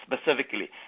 specifically